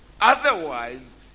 Otherwise